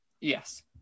Yes